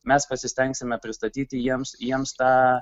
mes pasistengsime pristatyti jiems jiems tą